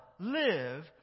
live